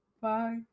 Bye